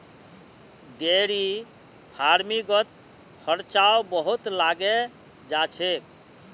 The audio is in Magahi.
डेयरी फ़ार्मिंगत खर्चाओ बहुत लागे जा छेक